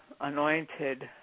anointed